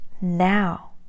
now